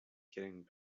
getting